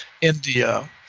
India